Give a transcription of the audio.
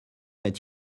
let